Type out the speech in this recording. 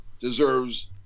deserves